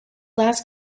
last